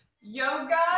yoga